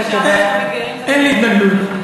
אין לי התנגדות.